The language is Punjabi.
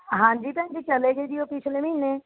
ਹਾਂਜੀ ਭੈਣ ਜੀ ਚਲੇ ਗਏ ਜੀ ਉਹ ਪਿਛਲੇ ਮਹੀਨੇ